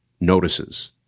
notices